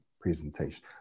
presentation